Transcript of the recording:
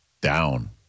down